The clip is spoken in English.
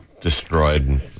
destroyed